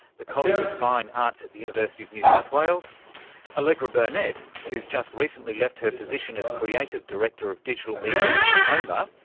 the college of fine arts at the university of new south wales allegra burnette, who's just recently left her position as creative director of digital media at moma,